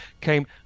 came